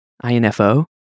I-N-F-O